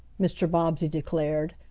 mr. bobbsey declared,